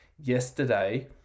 yesterday